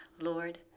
Lord